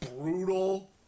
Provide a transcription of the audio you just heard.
brutal